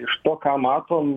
iš to ką matom